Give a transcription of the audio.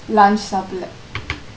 lunch சாப்டல:saapdala